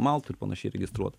maltoj ir panašiai registruota